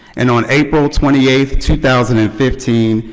and on april twenty eighth, two thousand and fifteen,